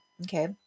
Okay